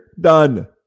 Done